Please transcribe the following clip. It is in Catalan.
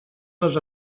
les